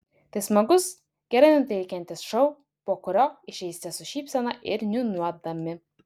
tai smagus gerai nuteikiantis šou po kurio išeisite su šypsena ir niūniuodami